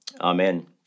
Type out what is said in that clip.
Amen